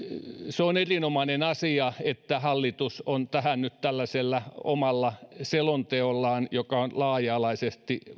se on erinomainen asia että hallitus on tarttunut tähän nyt tällaisella omalla selonteollaan joka on laaja alaisesti